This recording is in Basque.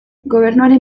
gobernuaren